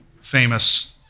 famous